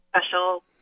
special